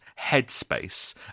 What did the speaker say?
headspace